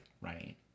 Right